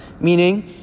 Meaning